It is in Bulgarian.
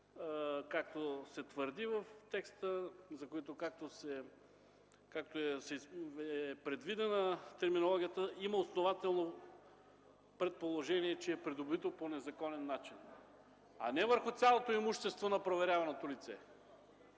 върху онова имущество, за което, както е предвидено в терминологията, има основателно предположение, че е придобито по незаконен начин, а не върху цялото имущество на проверяваното лице.